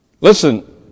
Listen